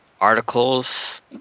articles